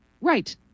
Right